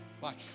watch